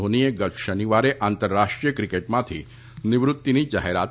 ધોનીએ ગત શનિવારે આંતરરાષ્ટ્રીય ક્રિકેટમાંથી નિવૃત્તી જાહેર કરી હતી